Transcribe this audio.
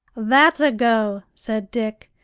that's a go! said dick,